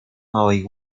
małej